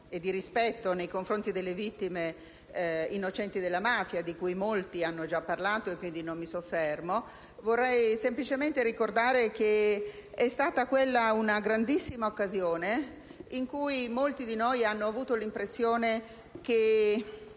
e dell'impegno, in ricordo delle vittime innocenti della mafia, di cui molti hanno già parlato e su cui dunque non mi soffermo. Vorrei semplicemente ricordare che quella è stata una grandissima occasione in cui molti di noi hanno avuto l'impressione che